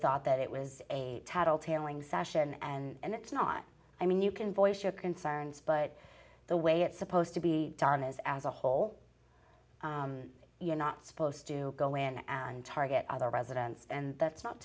thought that it was a tattle tailing session and it's not i mean you can voice your concerns but the way it's supposed to be done is as a whole you're not supposed to go in and target other residents and that's not